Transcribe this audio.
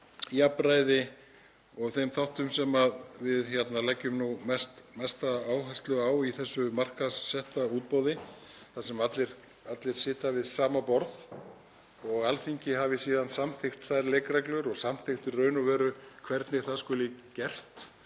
jafnræði og þeim þáttum sem við leggjum nú mesta áherslu á í þessu markaðssetta útboði þar sem allir sitja við sama borð, og þegar Alþingi hefur síðan samþykkt þær leikreglur og samþykkt í raun og veru hvernig það skuli gert